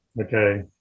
Okay